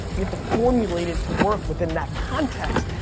we have to formulate it to work within that context,